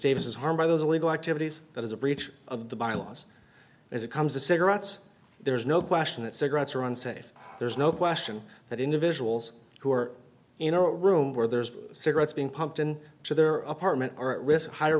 is harmed by those illegal activities that is a breach of the byelaws as it comes to cigarettes there is no question that cigarettes are unsafe there's no question that individuals who are in a room where there's cigarettes being pumped in to their apartment